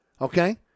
okay